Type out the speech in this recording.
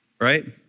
right